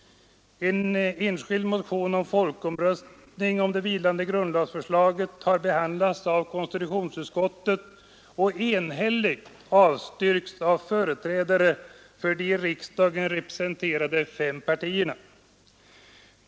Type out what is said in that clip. En enskild motion om folkomröstning om det vilande grundlagsförslaget har behandlats av konstitutionsutskottet och enhälligt avstyrkts av företrädarna för de i riksdagen representerade fem partierna.